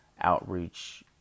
outreach